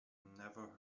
never